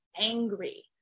angry